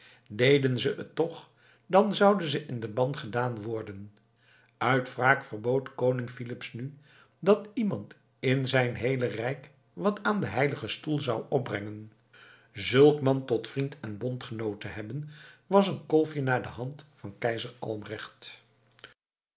deden ze het toch dan zouden ze in den ban gedaan worden uit wraak verbood koning filips nu dat iemand in zijn heele rijk wat aan den heiligen stoel zou opbrengen zulk man tot vriend en bondgenoot te hebben was een kolfje naar de hand van keizer albrecht